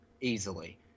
easily